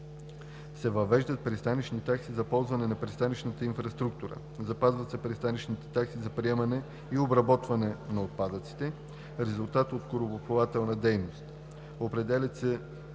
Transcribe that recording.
се въвеждат пристанищни такси за ползване на пристанищната инфраструктура; запазват се пристанищните такси за приемане и обработване на отпадъци – резултат от корабоплавателна дейност; определят се